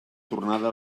tornada